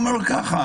הוא אומר לי ככה: